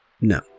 No